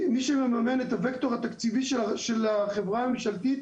מי שמממן את הוקטור התקציבי של החברה הממשלתית